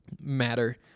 matter